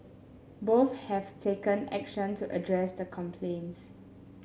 both have taken action to address the complaints